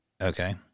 Okay